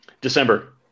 December